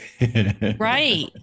Right